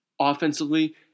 offensively